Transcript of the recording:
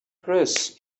press